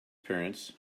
parents